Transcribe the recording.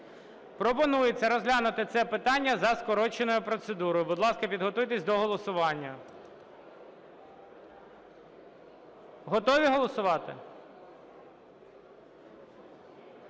Пропонується розглянути це питання за скороченою процедурою. Будь ласка, підготуйтесь до голосування. Готові голосувати?